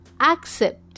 accept